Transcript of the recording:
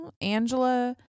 Angela